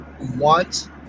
want